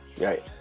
Right